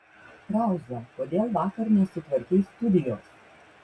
krauza kodėl vakar nesutvarkei studijos